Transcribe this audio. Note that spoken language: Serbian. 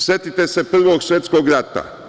Setite se Prvog svetskog rata.